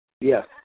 Yes